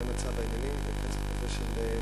זה מצב העניינים בקצב כזה של נאומים.